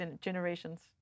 generations